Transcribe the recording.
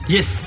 Yes